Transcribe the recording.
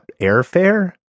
airfare